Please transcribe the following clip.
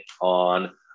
on